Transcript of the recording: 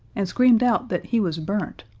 and screamed out that he was burnt.